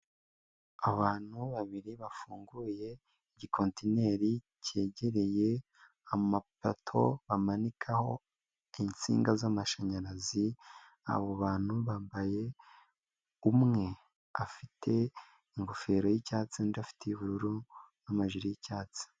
Abantu babiri bafunguye igikotineri, cyegereye amapato bamanikaho insinga z'amashanyarazi, abo bantu bambaye, umwe afite ingofero y'icyatsi, undi afite iy'ubururu n'amajire y'icyatsi.